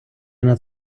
над